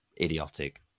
idiotic